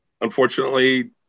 unfortunately